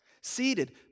Seated